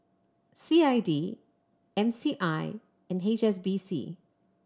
C I D M C I and H S B C